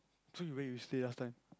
so where you stay last time